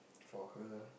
for her